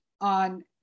on